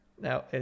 Now